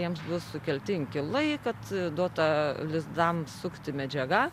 jiems bus sukelti inkilai kad duota lizdam sukti medžiaga